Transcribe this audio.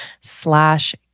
slash